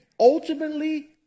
Ultimately